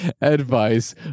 advice